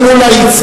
כותרות.